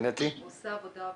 הוא עושה עבודה נפלאה.